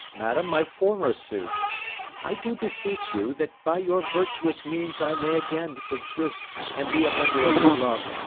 madam, my former suit i do beseech you that by your virtuous means i may again exist, and be a member of his love,